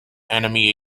enemy